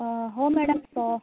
ହଉ ମ୍ୟାଡ଼ାମ୍